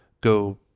go